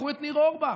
קחו את ניר אורבך,